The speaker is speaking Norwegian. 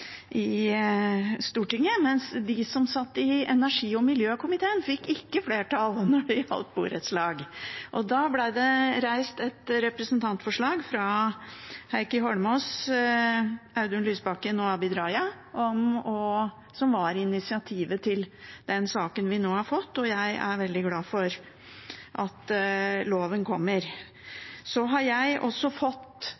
Stortinget, mens de som satt i energi- og miljøkomiteen, ikke fikk flertall når det gjaldt borettslag. Da ble det reist et representantforslag fra Heikki Holmås, Audun Lysbakken og Abid Q. Raja, som var initiativet til den saken vi nå har fått. Jeg er veldig glad for at loven